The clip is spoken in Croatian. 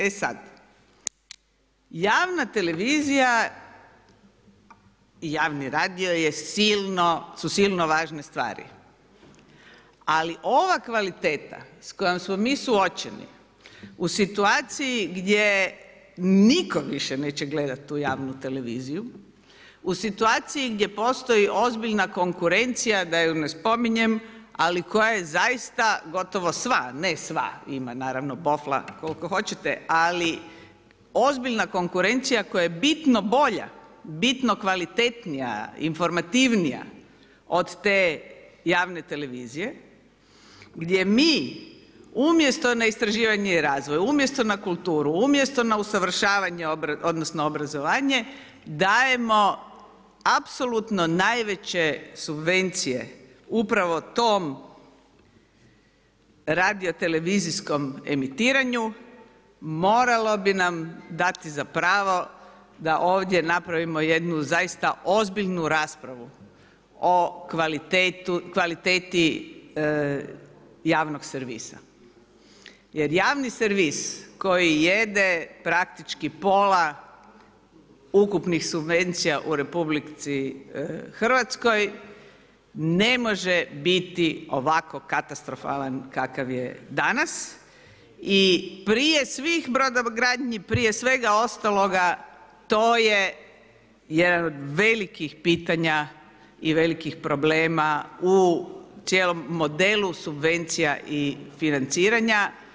E sada, javna televizija i javni radio su silno važne stvari, ali ova kvaliteta s kojom smo mi suočeni u situaciji gdje niko više neće gledati tu javnu televiziju u situaciji gdje postoji ozbiljna konkurencija da ju ne spominjem ali koja je zaista gotovo sva, ne sva ima naravno bofla koliko hoćete, ali ozbiljna konkurencija koja je bitno bolja, bitno kvalitetnija, informativnija od te javne televizije gdje mi umjesto na istraživanje i razvoj, umjesto na kulturu, umjesto na usavršavanje odnosno obrazovanje, dajemo apsolutno najveće subvencije upravo tom radiotelevizijskom emitiranju, moralo bi nam dati za pravo da ovdje napravimo jednu zaista ozbiljnu raspravu o kvaliteti javnog servisa jer javni servis koji jede praktički pola ukupnih subvencija u RH, ne može biti ovako katastrofalan kakav je danas i prije svih brodogradnji, prije svega ostaloga to je jedno od velikih pitanja i velikih problema u cijelom modelu subvencija i financiranja.